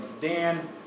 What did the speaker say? Dan